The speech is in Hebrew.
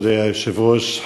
כבוד היושב-ראש,